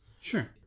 Sure